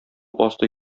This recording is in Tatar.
асты